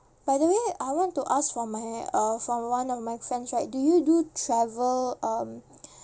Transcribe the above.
by the way I want to ask from my uh from one of my friends right do you do travel um